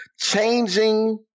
changing